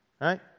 right